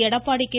Edappadi K